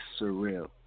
surreal